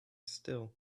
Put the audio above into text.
still